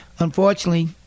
Unfortunately